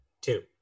Two